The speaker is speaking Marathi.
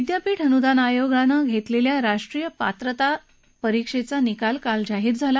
विद्यापीठ अनुदान आयोग युजीसीनं घेतलेल्या राष्ट्रीय पात्रता चाचणी नेट परीक्षेचा निकाल काल जाहीर झाला